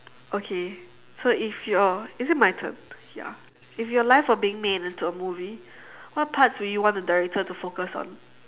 okay so if your is it my turn ya if your life were being made into a movie what parts would you want the director to focus on